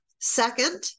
Second